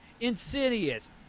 Insidious